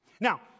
Now